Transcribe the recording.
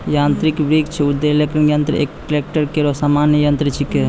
यांत्रिक वृक्ष उद्वेलक यंत्र एक ट्रेक्टर केरो सामान्य यंत्र छिकै